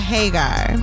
Hagar